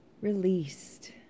released